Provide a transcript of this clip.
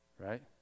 Right